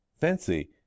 fancy